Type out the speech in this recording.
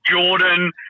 Jordan